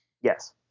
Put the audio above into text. Yes